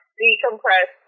decompress